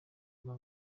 rwa